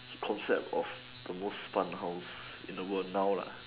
concept of the most fun house in the world now lah